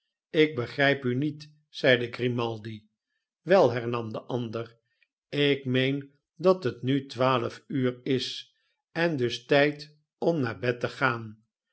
ik begrijp u niet zeide grimaldi b wei hernam de ander ik meen dat het nu twaalf uur is en dus tijd om naar bed te gaan